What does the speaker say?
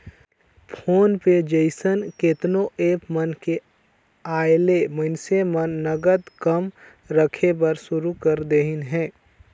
phone पे जइसन केतनो ऐप मन के आयले मइनसे मन नगद कम रखे बर सुरू कर देहिन हे